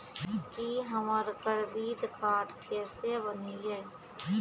की हमर करदीद कार्ड केसे बनिये?